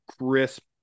crisp